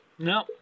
No